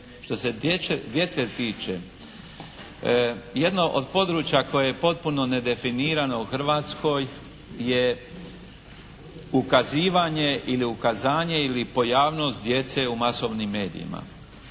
Što se djece tiče jedno od područja koje je potpuno nedefinirano u Hrvatskoj je ukazivanje ili ukazanje ili pojavnost djece u masovnim medijima.